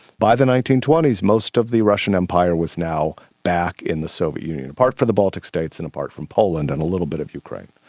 by the nineteen twenty s most of the russian empire was now back in the soviet union, apart from the baltic states and apart from poland and a little bit of ukraine.